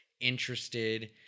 interested